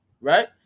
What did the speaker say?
Right